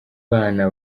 bana